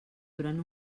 durant